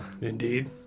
Indeed